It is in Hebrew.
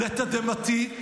לתדהמתי,